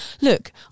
look